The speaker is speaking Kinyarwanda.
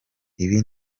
ibi